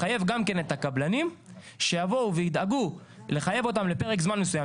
לחייב גם כן את הקבלנים שיבואו וידאגו לחייב אותם לפרק זמן מסויים,